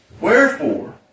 Wherefore